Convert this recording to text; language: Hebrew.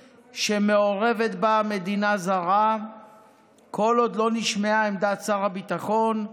שמעורבת בה מדינה זרה כל עוד לא נשמעה עמדת שר הביטחון,